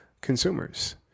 consumers